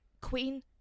Queen